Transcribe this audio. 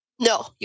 No